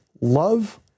love